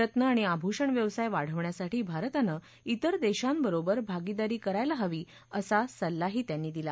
रत्न आणि आभूषण व्यवसाय वाढवण्यासाठी भारतानं त्विर देशांबरोबर भागीदारी करायला हवीअसा सल्लाही त्यांनी दिला